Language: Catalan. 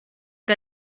que